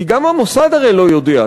כי גם המוסד הרי לא יודע.